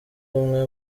umwe